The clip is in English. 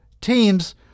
teams